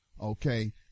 okay